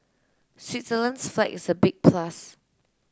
Switzerland's flag is a big plus